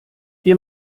wir